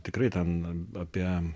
tikrai ten apie